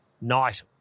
night